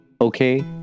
okay